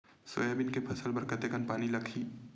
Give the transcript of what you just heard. Soybean के फसल बर कतेक कन पानी लगही?